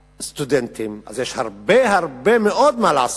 לסטודנטים אז יש הרבה הרבה מאוד מה לעשות.